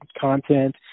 content